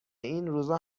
اینروزا